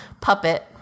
puppet